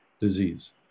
disease